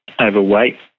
overweight